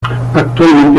actualmente